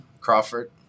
Crawford